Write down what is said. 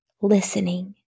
listening